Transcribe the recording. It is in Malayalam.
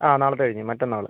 ആ നാളത്തെ കഴിഞ്ഞ് മറ്റന്നാൾ